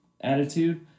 attitude